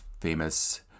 famous